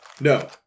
No